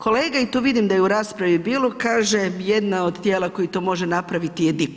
Kolega i tu vidim da je u raspravi bilo, kaže jedna od tijela koji to može napraviti je DIP.